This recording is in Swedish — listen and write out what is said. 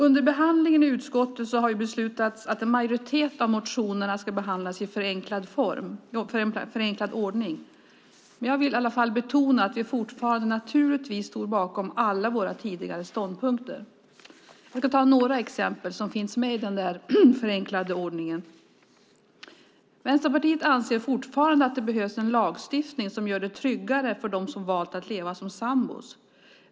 Under behandlingen i utskottet har det beslutats att en majoritet av motionerna ska behandlas i förenklad ordning, men jag vill i alla fall betona att vi fortfarande, naturligtvis, står bakom alla våra tidigare ståndpunkter. Jag ska ge några exempel som finns med i den förenklade ordningen. Vänsterpartiet anser fortfarande att det behövs en lagstiftning som gör det tryggare för dem som valt att leva som sambor.